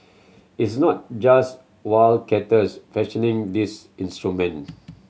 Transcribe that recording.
it's not just wildcatters fashioning these instrument